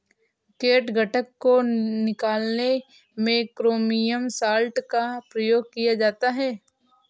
catgut को निकालने में क्रोमियम सॉल्ट का प्रयोग किया जाता है